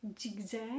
zigzag